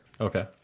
Okay